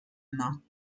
not